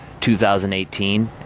2018